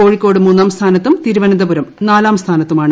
കോഴിക്കോട് മൂന്നാം സ്ഥാനത്തും തിരുവനന്തപുരം നാലാം സ്ഥാനത്തുമാണ്